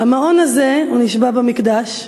"המעון הזה" הוא נשבע במקדש,